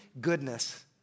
goodness